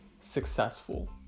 successful